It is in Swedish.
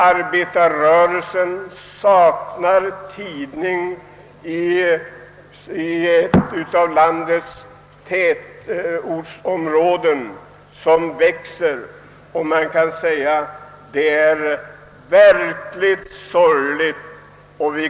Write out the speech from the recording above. Det är verkligen sorgligt att arbetarrörelsen saknar morgontidning i Stockholm och i många av landets växande tätortsområden.